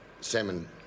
Salmon